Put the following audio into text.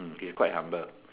mm he is quite humble